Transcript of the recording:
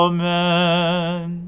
Amen